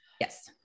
Yes